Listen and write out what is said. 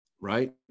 right